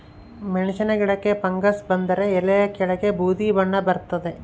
ಮೆಣಸಿನ ಗಿಡಕ್ಕೆ ಫಂಗಸ್ ಬಂದರೆ ಎಲೆಯ ಕೆಳಗೆ ಬೂದಿ ಬಣ್ಣ ಬರ್ತಾದೆ